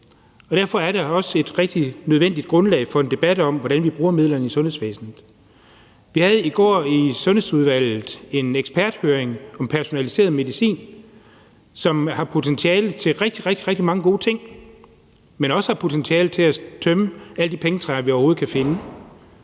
Derfor er det også meget nødvendigt med en debat om, hvordan vi bruger midlerne i sundhedsvæsenet. Vi havde i går i Sundhedsudvalget en eksperthøring om personaliseret medicin, som har potentiale til rigtig, rigtig mange gode ting, men som også har potentiale til at tømme alle de pengetræer, vi overhovedet kan finde.